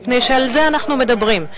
מפני שעל זה אנחנו מדברים,